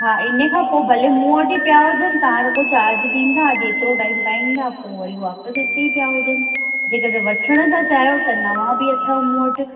हा इनखां पोइ भले मूं वटि ई पिया हुजनि तव्हां रुगो चार्ज ॾींदा जेतिरो टाइम तव्हां ईंदा पोइ वरी वापिसि हिते ई पिया हुजनि जेकॾहिं वठण था चाहियो त नवा बि अथव मूं वटि